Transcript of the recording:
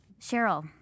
Cheryl